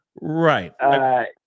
right